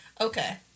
Okay